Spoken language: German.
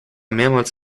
mehrmals